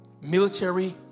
military